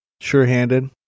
Sure-handed